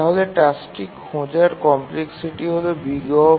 তাহলে টাস্কটি খোঁজার কমপ্লেক্সিটি হল O